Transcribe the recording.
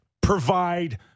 provide